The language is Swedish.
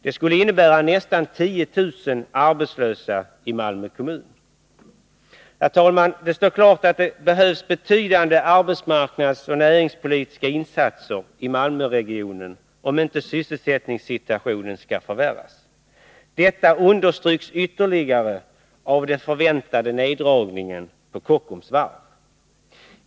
Det skulle innebära nästan 10 000 arbetslösa i Malmö kommun. Herr talman! Det står klart att det behövs betydande arbetsmarknadsoch näringspolitiska insatser i Malmöregionen om inte sysselsättningssituationen skall förvärras. Detta understryks ytterligare av den förväntade neddragningen på Kockums Varv.